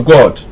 God